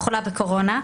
חולה בקורונה,